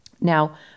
Now